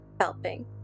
helping